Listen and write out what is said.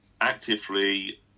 actively